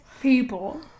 people